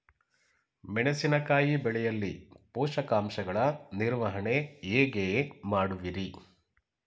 ಮೆಣಸಿನಕಾಯಿ ಬೆಳೆಯಲ್ಲಿ ಪೋಷಕಾಂಶಗಳ ನಿರ್ವಹಣೆ ಹೇಗೆ ಮಾಡುವಿರಿ?